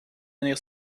venir